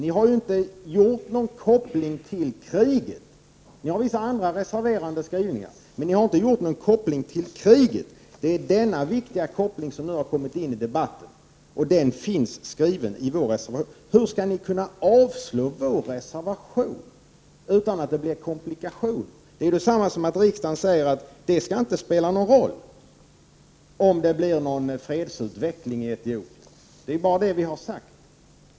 Ni har vissa andra reserverande skrivningar, men ni har inte gjort någon koppling till kriget. Det är denna viktiga koppling som nu har kommit in i debatten, och den finns inskriven i vår reservation. Hur skall ni kunna avslå vår reservation utan att det blir komplikationer? Det skulle vara detsamma som att riksdagen säger att det inte spelar någon roll om det blir någon fredsutveckling i Etiopien. Det är bara det vi har sagt.